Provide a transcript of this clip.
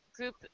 Group